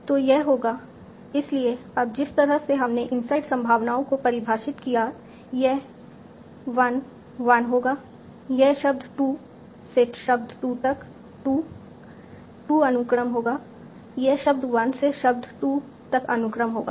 तो यह होगा इसलिए अब जिस तरह से हमने इनसाइड संभावना को परिभाषित किया यह 1 1 होगा यह शब्द 2 से शब्द 2 तक 2 2 अनुक्रम होगा यह शब्द 1 से शब्द 2 तक अनुक्रम होगा